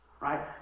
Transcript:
right